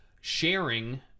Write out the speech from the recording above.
sharing